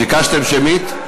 ביקשתם שמית?